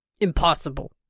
impossible